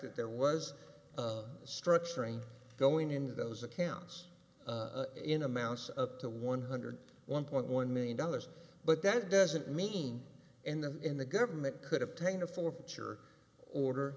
that there was structuring going into those accounts in amounts up to one hundred one point one million dollars but that doesn't mean in the in the government could obtain a forfeiture order